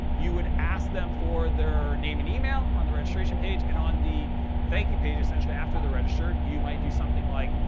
you would ask them for their name and email on the registration page. and on the thank you page, essentially, after they're registered, you might do something like,